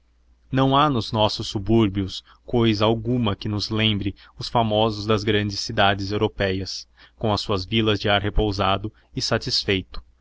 não há nos nossos subúrbios cousa alguma que nos lembre os famosos das grandes cidades européias com as suas vilas de ar repousado e satisfeito